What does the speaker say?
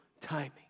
timing